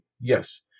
Yes